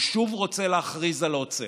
הוא שוב רוצה להכריז על עוצר.